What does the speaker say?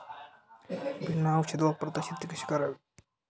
बिना औषध वापरता शेती कशी करावी?